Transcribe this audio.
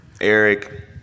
Eric